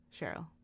Cheryl